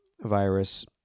virus